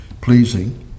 pleasing